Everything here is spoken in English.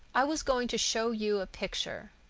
i was going to show you a picture.